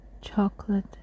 chocolate